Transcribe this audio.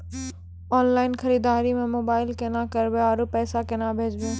Online खरीददारी mobile से केना करबै, आरु पैसा केना भेजबै?